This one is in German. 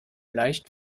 leicht